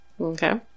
Okay